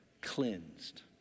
cleansed